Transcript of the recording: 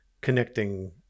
connecting